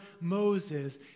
Moses